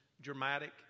dramatic